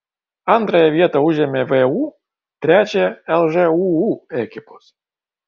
antrąją vietą užėmė vu trečiąją lžūu ekipos